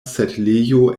setlejo